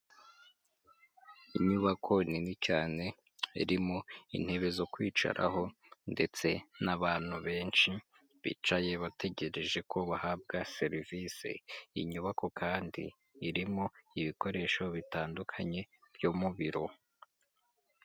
Inyubako nini cyane irimo intebe zo kwicaraho ndetse n'abantu benshi, bicaye bategereje ko bahabwa serivisi, iyi nyubako kandi irimo ibikoresho bitandukanye byo mu biro.